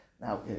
Now